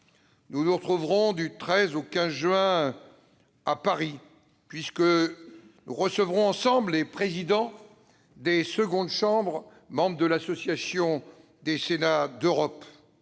Nous nous retrouverons du 13 au 15 juin à Paris, puisque nous recevrons ensemble les présidents des secondes chambres membres de l'Association des Sénats d'Europe.